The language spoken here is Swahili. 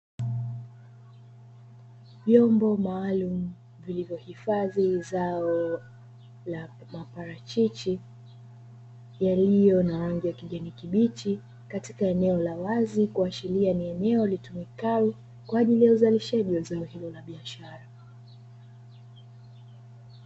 Vyombo maalumu vilivyohifadhi zao la maparachichi yaliyo na rangi ya kijani kibichi, katika eneo la wazi kuashiria ni eneo litumikalo, kwa ajili ya uzalishaji wa zao hilo la biashara.